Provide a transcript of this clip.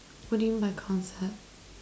what do you mean by concept